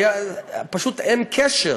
פשוט אין קשר.